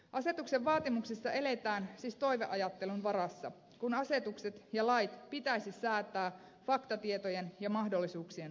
asetuksen vaatimuksissa siis eletään toiveajattelun varassa kun asetukset ja lait pitäisi säätää faktatietojen varassa ja mahdollisuuksien rajoissa